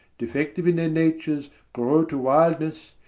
defectiue in their natures, grow to wildnesse.